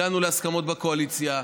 הגענו להסכמות בקואליציה.